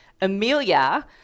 Amelia